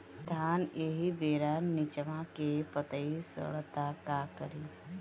धान एही बेरा निचवा के पतयी सड़ता का करी?